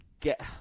get